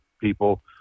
people